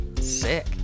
Sick